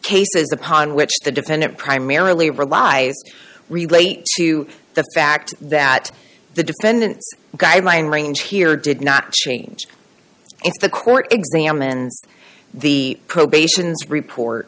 cases upon which the dependent primarily rely relate to the fact that the defendant guideline range here did not change if the court examines the probation report